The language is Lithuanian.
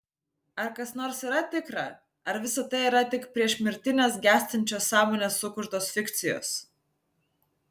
ar kas nors yra tikra ar visa tai yra tik priešmirtinės gęstančios sąmonės sukurtos fikcijos